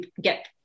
get